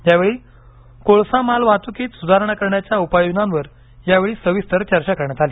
यावेळी कोळसा मालवाहतुकीत सुधारणा करण्याच्या उपाययोजनांवर यावेळी सविस्तर चर्चा करण्यात आली